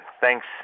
thanks